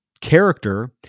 character